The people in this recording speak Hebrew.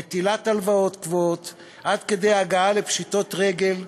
נטילת הלוואות קבועות עד כדי הגעה לפשיטות רגל,